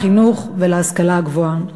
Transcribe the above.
לחינוך ולהשכלה הגבוהה.